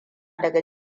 daga